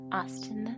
Austin